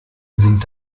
sind